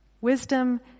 Wisdom